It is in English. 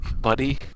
Buddy